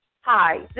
Hi